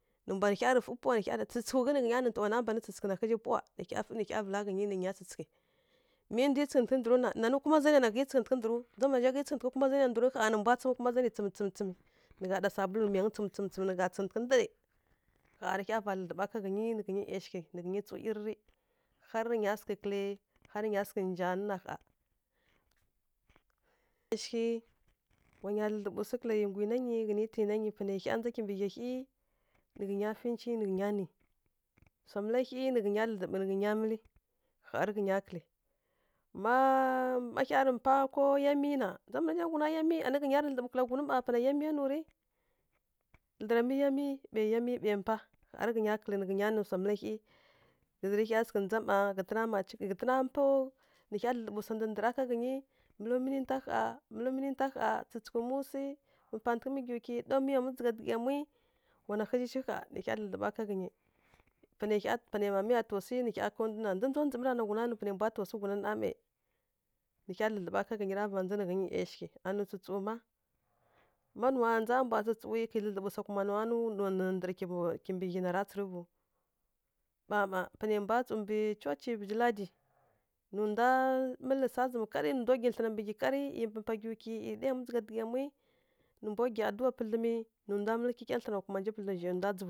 Nǝ mbwa nǝ hya rǝ fǝ fǝ pawa nǝ hya rǝ tsǝtsǝghǝw nǝ nya rǝ nǝ nto wana banǝ tsǝtsǝghǝ na ghǝzǝ pawa, nǝ hya fǝ nǝ vǝla ghǝnyi, nǝ nya tsǝtsǝghǝ. Mi ndwi tsǝghǝtǝghǝ ndǝrǝw na, nanǝ kuma zaniya na ƙhǝi tsǝghǝtǝghǝ ndǝrǝw, ndza mǝna zha ghǝ tsǝghǝtǝghǝ ndǝrǝw ƙha nǝ mbwa tsǝmǝ kuma zani tsǝm-tsǝm-tsǝmi, nǝ gha ɗa sabulu miyangǝ tsǝmǝ tsǝmǝ tsǝmǝ nǝ gha tsǝghǝtǝghǝ ndǝrǝi. Ƙha rǝ hya va dlǝdlǝɓa ká ghǝnyi, nǝ nyi ˈyasghighǝ, nǝ nyi tsǝw irǝrǝ, har rǝ ghǝnya sǝghǝ kǝlǝ, har rǝ ghǝnya sǝghǝ nja na ƙha. ˈYashighǝ wa nya dlǝdlǝɓǝ swu kǝla ˈyi gwina na nyi ghǝtǝnǝ tǝina nyi panai hya ndza kimbǝ ghya hyi, nǝ ghǝnya fǝ nci nǝ ghǝnya nǝ. Swa mǝla hyi nǝ ghǝnya nǝ gha pal ghǝnya miyi fa ghǝnya kǝlǝ. Má má hya rǝ mpá ko yá miyi na, ndza ɓǝnazha nǝ ghuna yá miyi, anǝ ghǝnya dlǝdlǝɓǝ kǝla ghun mma pana yá miya nǝw rǝ? Dlǝra mǝ yá miyi, ɓai yá miyi ɓai mpá. Ƙha rǝ ghǝnya kǝlǝ nǝ ghǝnya nǝ swa mǝla hyi. Ghǝzǝ rǝ hya sǝghǝ ndza mma ghǝtǝna mpáw, nǝ hya dlǝdlǝɓǝ swa ndǝndǝra ká ghǝnyi, mǝlǝw mǝ ninta ƙha, mǝlǝw mǝ ninta ƙha, tsǝtsǝghǝw mǝ swi, mpǝ mpatǝghǝ mǝ gǝw kyi, ɗao mǝ yamwi dzǝgha dǝghǝ yamwi wa na ghǝzǝ shi ƙha. Wa na ƙhǝ zǝ shi ƙha panai hya dlǝdlǝɓa ká ghǝnyi. Panai hya panai mamaya taw swi nǝ hya kaw ndu na, dǝ ndzondzǝ mǝ tana nǝ ghuna nǝ panai mbwa taw swi ghun namai. Nǝ hya dlǝdlǝɓǝ ká ghǝnyi ra vandza nǝ ghǝnyi ˈyashighǝ. Anuwai tsǝtsǝw má, má nuwa ndza mbwa tsǝtsǝwi. Ƙhǝ dlǝdlǝɓǝ swa kuma nuwa kimbǝ ghyi na ndǝrǝ nara tsǝrǝvǝw. Ɓa mma panai mbwa tsǝw mbǝ coci vǝzhi ladi, nǝ ndwa mǝlǝ swa zǝmǝ kari, nǝ ndwa gwi thlǝna mbǝ ghyi kari, ˈyi mpa gǝwkyi, ˈyi ɗǝ ɗa yamwi dzǝgh dǝghǝ yamwi, nǝ mbwa gyi adǝwa pǝdlǝmi, nǝ ndwa mǝlǝ kyikya thlǝna kuma nji pǝdlǝm zhai ndwa timi.